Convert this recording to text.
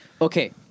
Okay